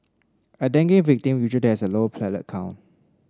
a dengue victim usually has a low blood platelet count